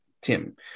Tim